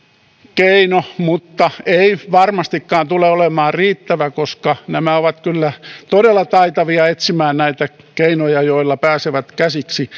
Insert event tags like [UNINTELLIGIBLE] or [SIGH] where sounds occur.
keino mutta ei varmastikaan tule olemaan riittävä koska nämä ovat kyllä todella taitavia etsimään keinoja joilla lopulta pääsevät käsiksi [UNINTELLIGIBLE]